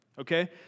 Okay